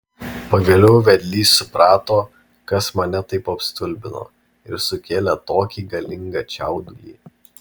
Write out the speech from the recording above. pagaliau vedlys suprato kas mane taip apstulbino ir sukėlė tokį galingą čiaudulį